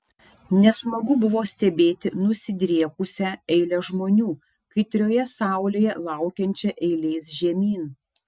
nesmagu buvo stebėti nusidriekusią eilę žmonių kaitrioje saulėje laukiančią eilės žemyn